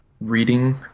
reading